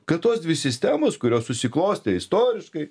kad tos dvi sistemos kurios susiklostė istoriškai